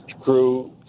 crew